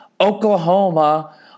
Oklahoma